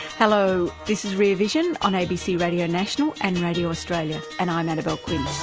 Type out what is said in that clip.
hello, this is rear vision on abc radio national and radio australia and i'm annabelle quince.